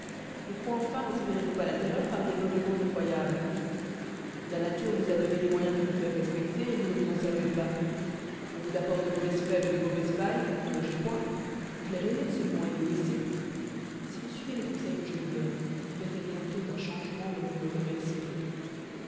pourquoi enfin ninspirez vous pas la terreur par des beuglements effroyables la nature vous a donné les moyens de vous faire respecter et vous ne vous en servez pas on vous apporte de mauvaises fèves et de mauvaise paille n'en mangez point flairez les seulement et les laissez si vous suivez les conseils que je vous donne vous verrez bientôt un changement dont vous me remercierez